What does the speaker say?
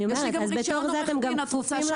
אז בתוך זה אתם גם כפופים לרגולטור.